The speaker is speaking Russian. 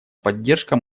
поддержка